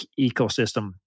ecosystem